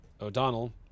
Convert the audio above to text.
O'Donnell